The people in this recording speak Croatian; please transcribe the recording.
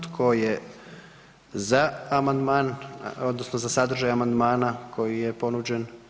Tko je za amandman, odnosno za sadržaj amandmana koji je ponuđen?